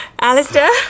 Alistair